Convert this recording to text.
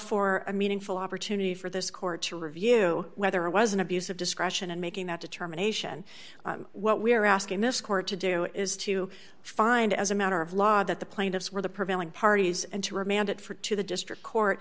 for a meaningful opportunity for this court to review whether it was an abuse of discretion and making that determination what we are asking this court to do is to find as a matter of law that the plaintiffs were the prevailing parties and to remand it for to the district court